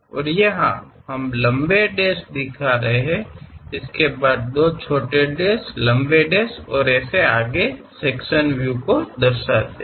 और यहाँ हम लंबे डैश दिखा रहे हैं इसके बाद दो छोटे डैश लंबे डैश और ऐसे आगे हम इस सेक्शन व्यू को दर्शाते हैं